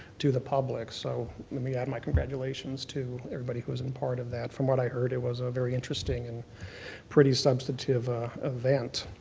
to the public. so let me add my congratulations to everybody who was and part of that. from what i heard it was a very interesting and pretty substantive ah event.